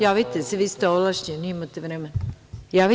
Javite se, vi ste ovlašćeni, imate vremena.